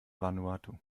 vanuatu